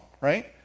Right